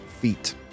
feet